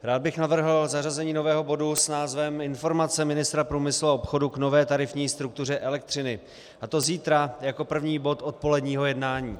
Rád bych navrhl zařazení nového bodu s názvem Informace ministra průmyslu a obchodu k nové tarifní struktuře elektřiny, a to zítra jako první bod odpoledního jednání.